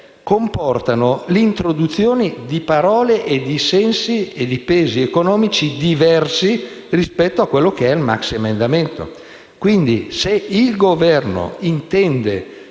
comportano l'introduzione di parole, sensi e pesi economici diversi rispetto a quello che è il maxiemendamento. Quindi, se il Governo intende